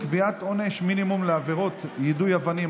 קביעת עונש מינימום לעבירות יידוי אבנים),